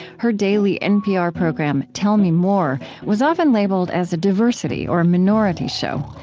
her daily npr program tell me more was often labeled as a diversity or minority show.